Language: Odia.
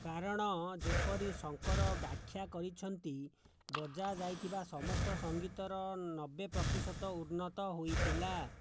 କାରଣ ଯେପରି ଶଙ୍କର ବ୍ୟାଖ୍ୟା କରିଛନ୍ତି ବଜା ଯାଇଥିବା ସମସ୍ତ ସଙ୍ଗୀତର ନବେ ପ୍ରତିଶତ ଉନ୍ନତ ହୋଇଥିଲା